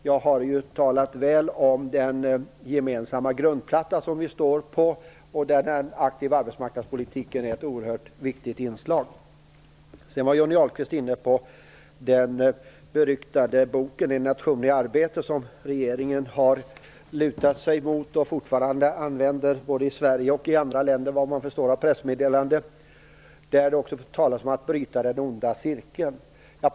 Jag har talat väl om den gemensamma grundplatta vi står på, där den aktiva arbetsmarknadspolitiken är ett oerhört viktigt inslag. En nation i arbete, som regeringen har lutat sig mot och fortfarande använder, både i Sverige och i andra länder, vad jag förstår av pressmeddelanden. Där talas det också om att bryta den onda cirkeln.